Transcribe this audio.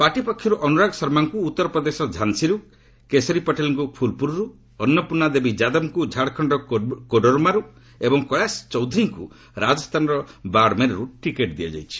party ପକ୍ଷରୁ ଅନୁରାଗ ଶର୍ମାଙ୍କୁ ଉଉରପ୍ରଦେଶର ଝାନ୍ସୀରୁ କେଶରୀ ପଟେଲଙ୍କୁ ଫୁଲପୁରରୁ ଅନ୍ନପୂର୍ଣ୍ଣ ଦେବୀ ଯାଦବଙ୍କୁ ଝାଡ଼ଖଣ୍ଡର କୋଡରମାରୁ ଏବଂ କେଳାଶ ଚୌଧ୍ରୀଙ୍କୁ ରାଜସ୍ଥାନର ବାଡ଼ମେରରୁ ଟିକେଟ୍ ଦିଆଯାଇଛି